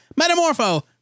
Metamorpho